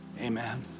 Amen